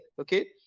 okay